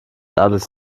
alles